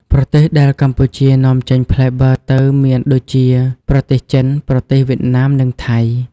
ប្រទេសដែលកម្ពុជានាំចេញផ្លែបឺរទៅមានដូចជា ប្រទេសចិន ប្រទេសវៀតណាម និងថៃ។